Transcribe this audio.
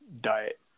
diet